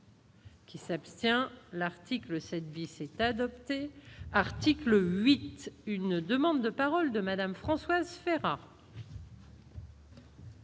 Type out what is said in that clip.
Qui s'abstient, l'article 7 bis est adopté article 8, une demande de paroles de Madame Françoise Ferrat.